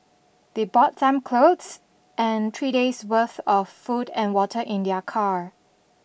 they brought some clothes and three days' worth of food and water in their car